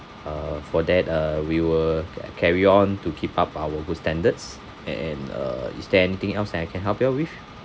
uh for that uh we will ca~ carry on to keep up our good standards and uh is there anything else that I can help you out with